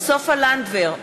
סופה לנדבר,